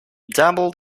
dabbled